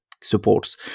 supports